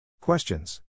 Questions